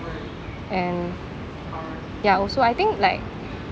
and ya also I think like